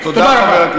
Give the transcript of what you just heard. תודה רבה.